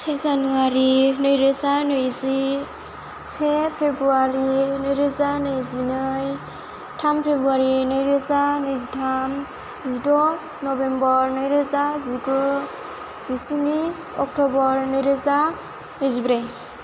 से जानुवारि नैरोजा नैजि से फेब्रुवारि नैरोजा नैजिनै थाम फेब्रुवारि नैरोजा नैजिथाम जिद' नभेम्बर नैरोजा जिगु जिस्नि अक्ट'बर नैरोजा नैजिब्रै